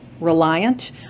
reliant